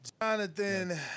Jonathan